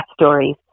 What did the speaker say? stories